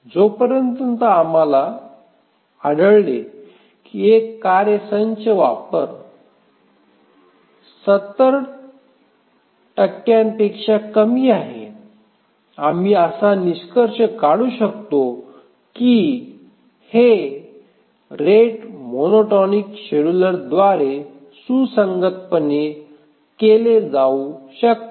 जोपर्यंत आम्हाला आढळले की एक कार्य संच वापर 70 पेक्षा कमी आहे आम्ही असा निष्कर्ष काढू शकतो की हे रेट मोनोटॉनिक शेड्यूलरद्वारे सुसंगतपणे केले जाऊ शकते